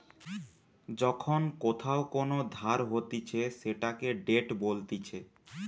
যখন কোথাও কোন ধার হতিছে সেটাকে ডেট বলতিছে